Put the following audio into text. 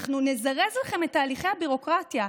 אנחנו נזרז לכם את תהליכי הביורוקרטיה,